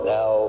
Now